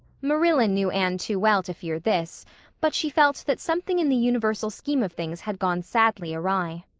marilla knew anne too well to fear this but she felt that something in the universal scheme of things had gone sadly awry.